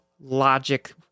logic